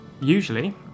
usually